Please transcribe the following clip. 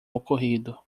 ocorrido